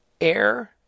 air